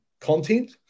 content